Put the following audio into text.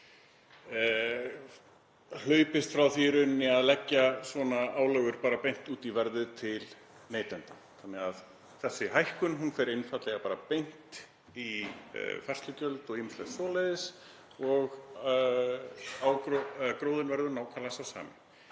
hlaupist frá því í rauninni að leggja svona álögur beint út í verðið til neytenda þannig að þessi hækkun fer einfaldlega bara beint í færslugjöld og ýmislegt svoleiðis og gróðinn verður nákvæmlega sá sami.